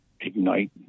ignite